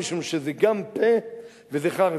משום שזה גם פה וזה חרב,